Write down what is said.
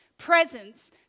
presence